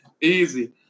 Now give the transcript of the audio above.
Easy